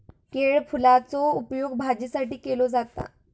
केळफुलाचो उपयोग भाजीसाठी केलो जाता